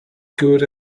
good